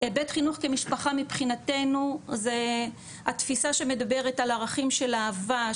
בית חינוך כמשפחה מבחינתנו זה התפיסה שמדברת על ערכים של אהבה,